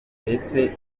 ndetse